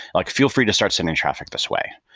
like feel free to start sending traffic this way.